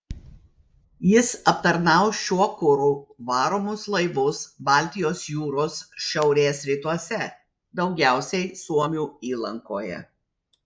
jis aptarnaus šiuo kuru varomus laivus baltijos jūros šiaurės rytuose daugiausiai suomių įlankoje